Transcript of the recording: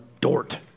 Dort